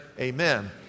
amen